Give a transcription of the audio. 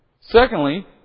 Secondly